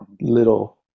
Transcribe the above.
little